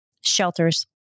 shelters